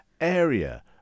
area